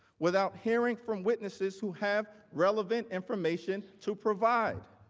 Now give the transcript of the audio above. without hearing from witnesses who have relevant information to provide.